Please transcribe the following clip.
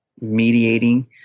mediating